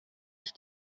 ich